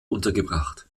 untergebracht